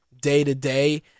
day-to-day